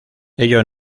ello